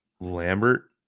Lambert